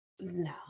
No